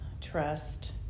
trust